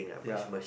ya